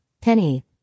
Penny